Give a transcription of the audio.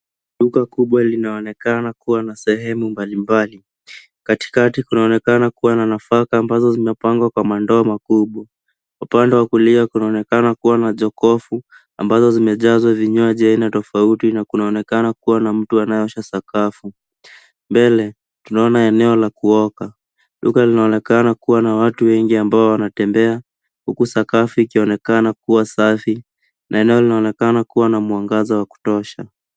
Duka linaonekana kuwa na sehemu mbalimbali. Katikati kunaonekana kuwa na nafaka ambazo zimepangwa kwa mandoo makubwa. Upande wa kulia kunaonekana kuwa na jokofu ambazo zimejazwa vinywaji aina tofauti na kunaonekana kuwa na mtu anayeosha sakafu. Mbele tunaona eneo la kuoka duka. Linaonekana kuwa na watu wengi ambao wanatembea huku sakafu ikionekana kuwa safi na eneo linaonekana kuwa na mwangaza wa kutosha.